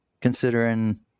considering